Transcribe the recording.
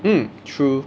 mm true